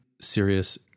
serious